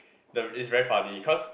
it's very funny cause